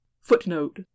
Footnote